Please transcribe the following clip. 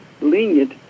lenient